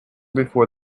before